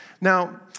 Now